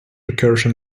recursion